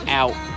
out